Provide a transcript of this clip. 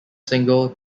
single